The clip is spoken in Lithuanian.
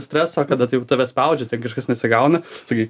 streso kada tai tave spaudžia ten kažkas nesigauna sakai